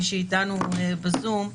ולמי שאיתנו בזום,